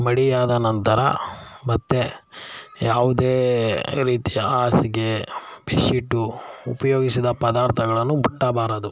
ಮಡಿಯಾದ ನಂತರ ಮತ್ತೆ ಯಾವುದೇ ರೀತಿಯ ಹಾಸಿಗೆ ಬೆ ಶೀಟು ಉಪಯೋಗಿಸಿದ ಪದಾರ್ಥಗಳನ್ನು ಮುಟ್ಟಬಾರದು